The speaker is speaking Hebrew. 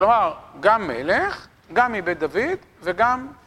‫כלומר, גם מלך, ‫גם מבית דוד וגם.